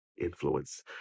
influence